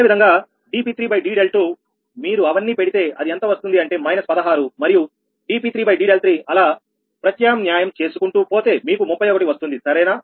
అదేవిధంగాdp3d∂2 మీరు అవన్నీ పెడితే అది ఎంత వస్తుంది అంటే −16 మరియు dp3d∂3 అలా ప్రత్యామ్న్యాయం చేసుకుంటూ పోతే మీకు 31 వస్తుంది సరేనా